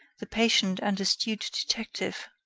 the patient and astute detective?